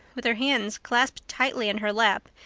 with her hands clasped tightly in her lap,